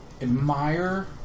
Admire